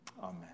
amen